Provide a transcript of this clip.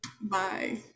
bye